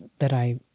that i